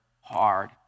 hard